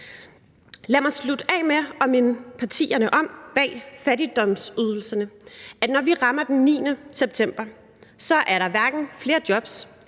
Lad mig slutte af med at minde partierne bag fattigdomsydelserne om, at når vi rammer den 9. september, er der hverken flere jobs